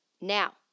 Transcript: Now